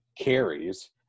carries –